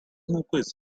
nk’ukwezi